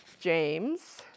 James